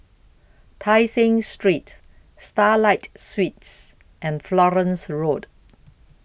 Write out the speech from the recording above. Tai Seng Street Starlight Suites and Florence Road